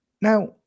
Now